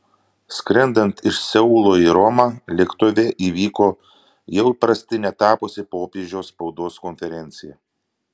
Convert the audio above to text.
skrendant iš seulo į romą lėktuve įvyko jau įprastine tapusi popiežiaus spaudos konferencija